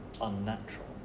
unnatural